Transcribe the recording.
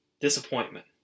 disappointment